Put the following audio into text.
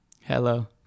hello